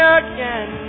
again